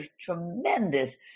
tremendous